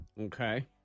Okay